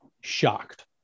Shocked